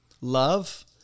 Love